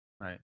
Right